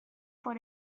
por